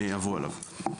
עבור עליו.